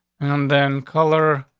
and then color,